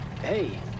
Hey